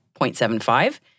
0.75